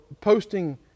posting